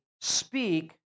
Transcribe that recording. speak